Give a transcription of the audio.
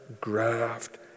graft